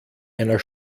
einer